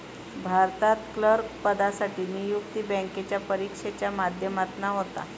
भारतात क्लर्क पदासाठी नियुक्ती बॅन्केच्या परिक्षेच्या माध्यमातना होता